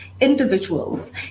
individuals